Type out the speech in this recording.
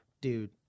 Dude